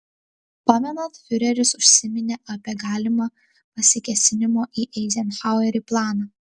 pamenat fiureris užsiminė apie galimą pasikėsinimo į eizenhauerį planą